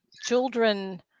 children